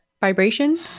vibration